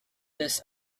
does